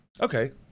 okay